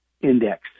index